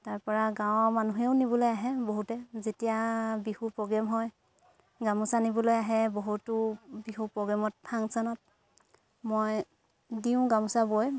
তাৰপৰা গাঁৱৰ মানুহেও নিবলে আহে বহুতে যেতিয়া বিহু প্ৰ'গ্ৰেম হয় গামোচা নিবলৈ আহে বহুতো বিহু প্ৰ'গ্ৰেমত ফাংচনত মই দিওঁ গামোচা বৈ